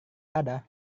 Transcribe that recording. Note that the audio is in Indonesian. ada